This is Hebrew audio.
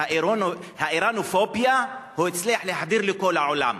את האירנופוביה הוא הצליח להחדיר לכל העולם.